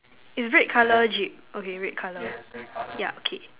is red colour Jeep okay red colour ya K